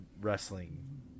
wrestling